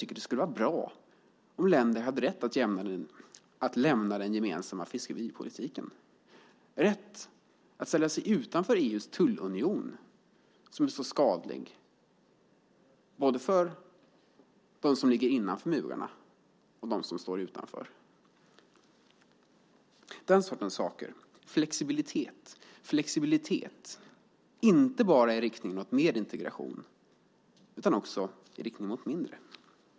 Det vore bra om länder hade rätt att lämna den gemensamma fiskeripolitiken, hade rätt att ställa sig utanför EU:s tullunion som är så skadlig både för dem som ligger innanför murarna och för dem som står utanför. Det behövs den sortens saker som flexibilitet, inte bara i riktning mot mer integration utan också i riktning mot mindre.